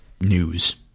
news